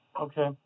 okay